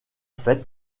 fait